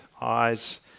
eyes